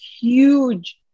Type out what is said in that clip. huge